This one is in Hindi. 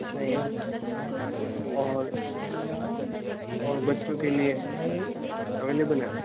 अच्छा एम और और बच्चों के लिए अवेलेबल है